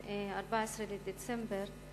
14 בדצמבר,